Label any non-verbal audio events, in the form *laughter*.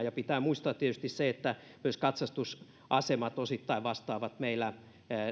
*unintelligible* ja pitää muistaa tietysti se että myös katsastusasemat osittain vastaavat meillä